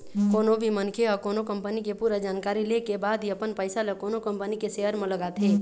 कोनो भी मनखे ह कोनो कंपनी के पूरा जानकारी ले के बाद ही अपन पइसा ल कोनो कंपनी के सेयर म लगाथे